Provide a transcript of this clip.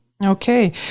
Okay